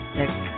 next